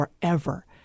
forever